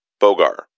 Bogar